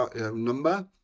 number